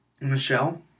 Michelle